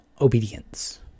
obedience